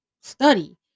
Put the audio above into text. study